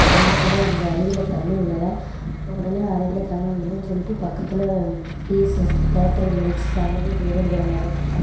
அங்கே போனோம் அங்கே அருவியில் தண்ணிர் உழல உடனே அருவியில் தண்ணிர் விலுலன்னு சொல்லிட்டு பக்கத்தில் பிஎஸ்எஸ் தியேட்ரு இருந்துச்சு அங்கே போய் ஜெய்லர் படம் பார்க்க போனோம்